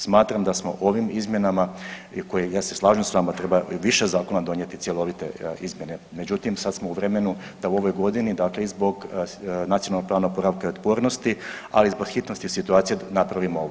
Smatram da smo ovim izmjenama, koje ja se slažem s vama treba više zakona donijeti cjelovite izmjene, međutim sad smo u vremenu da u ovoj godini dakle i zbog Nacionalnog plana oporavka i otpornosti, ali i zbog hitnosti situacije napravio ovo.